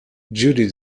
judy